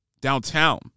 downtown